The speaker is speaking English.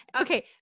Okay